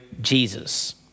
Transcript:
Jesus